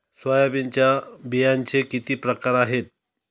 सोयाबीनच्या बियांचे किती प्रकार आहेत?